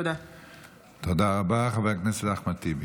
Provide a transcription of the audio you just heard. חבר הכנסת אחמד טיבי.